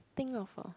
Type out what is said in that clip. think of a